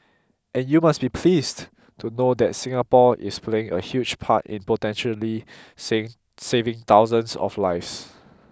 and you must be pleased to know that Singapore is playing a huge part in potentially save saving thousands of lives